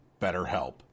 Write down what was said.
BetterHelp